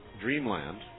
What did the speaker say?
Dreamland